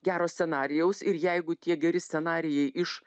gero scenarijaus ir jeigu tie geri scenarijai iš